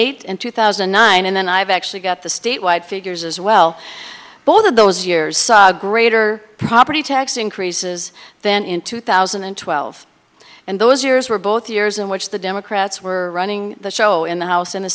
eight and two thousand and nine and then i've actually got the statewide figures as well both of those years saw greater property tax increases then in two thousand and twelve and those years were both years in which the democrats were running the show in the house and the